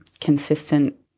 consistent